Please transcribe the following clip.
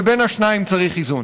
ובין השניים צריך איזון.